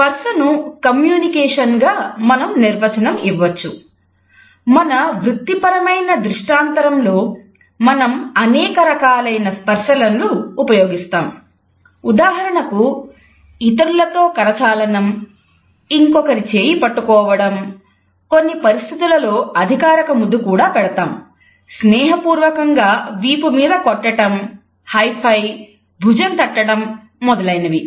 స్పర్శ ను కమ్యూనికేషన్ భుజం తట్టడం మొదలగునవి